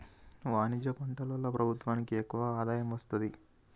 వాణిజ్య పంటల వల్ల ప్రభుత్వానికి ఎక్కువ ఆదాయం వస్తది